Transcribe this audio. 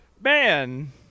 man